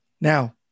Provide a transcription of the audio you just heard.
Now